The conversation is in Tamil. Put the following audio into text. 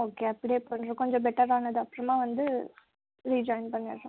ஓகே அப்படியே பண்ணுறோம் கொஞ்சம் பெட்டர் ஆனதுக்கு அப்பறமாக வந்து ரிஜாயின் பண்ணிடுறோம்